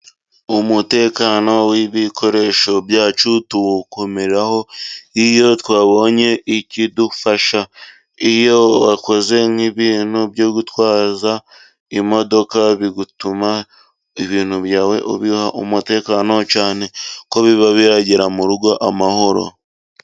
Umutekano w'ibikoresho byacu tuwukomeraho. Iyo twabonye ikidufasha, iyo wakoze k'ibintu byo gutwaza imodoka. Bituma ibintu byawe ubiha umutekano cyane ko biba biragera mu rugo amahoro.